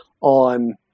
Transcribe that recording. on